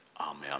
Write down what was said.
Amen